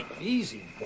Easy